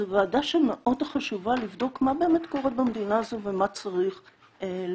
זו ועדה שהיא מאוד חשובה לבדוק מה באמת קורה במדינה הזו ומה צריך לשנות.